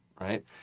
right